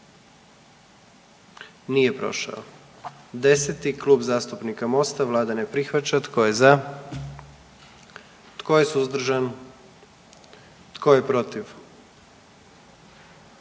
dio zakona. 44. Kluba zastupnika SDP-a, vlada ne prihvaća. Tko je za? Tko je suzdržan? Tko je protiv?